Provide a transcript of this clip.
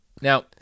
Now